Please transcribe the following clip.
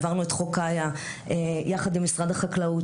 העברנו את "חוק קאיה" יחד עם משרד החקלאות,